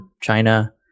China